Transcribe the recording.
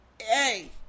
hey